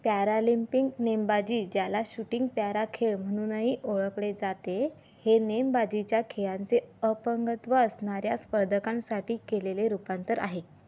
Paralympic नेमबाजी ज्याला shooting पॅराखेळ म्हणूनही ओळखले जाते हे नेमबाजीच्या खेळांचे अपंगत्व असणाऱ्या स्पर्धकांसाठी केलेले रूपांतर आहे